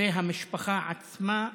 והמשפחה עצמה,